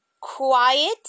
quiet